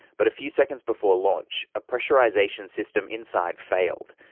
but a few seconds before launch a pressurisation system inside failed,